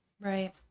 Right